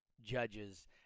Judges